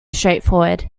straightforward